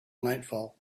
nightfall